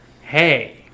Hey